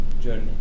journey